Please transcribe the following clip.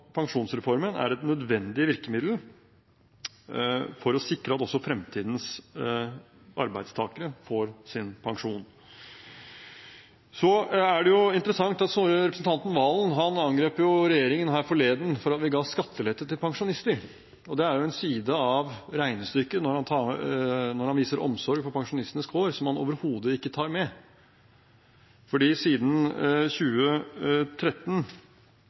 pensjonsreformen er et nødvendig virkemiddel for å sikre at også fremtidens arbeidstakere får sin pensjon. Det er interessant at representanten Valen angrep regjeringen her forleden fordi vi ga skattelette til pensjonister. Det er en side av regnestykket når han viser omsorg for pensjonistenes kår som han overhodet ikke tar med. Siden 2013